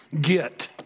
Get